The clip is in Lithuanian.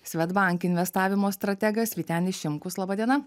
swedbank investavimo strategas vytenis šimkus laba diena